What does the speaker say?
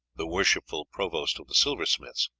the worshipful provost of the silversmiths.